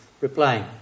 replying